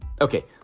Okay